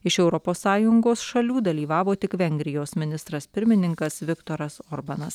iš europos sąjungos šalių dalyvavo tik vengrijos ministras pirmininkas viktoras orbanas